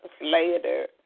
later